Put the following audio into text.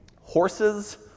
horses